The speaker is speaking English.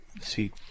see